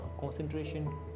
concentration